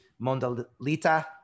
Mondalita